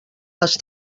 les